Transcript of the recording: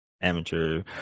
Amateur